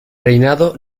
reinado